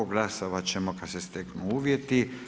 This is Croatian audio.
Glasovat ćemo kad se steknu uvjeti.